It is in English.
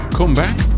Comeback